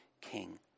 king